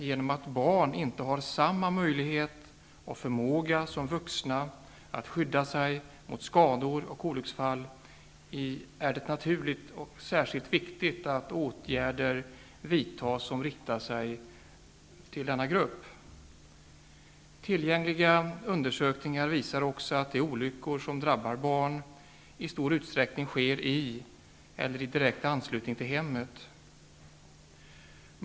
I och med att barn inte har samma möjligheter och förmåga som vuxna att skydda sig mot skador och olycksfall, är det naturligtvis särskilt viktigt att åtgärder vidtas som riktar sig till denna grupp. Tillgängliga undersökningar visar också att de olyckor som drabbar barn i stor utsträckning sker i eller i direkt anslutning till hemmet.